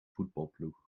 voetbalploeg